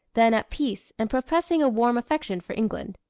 then at peace and professing a warm affection for england.